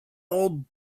old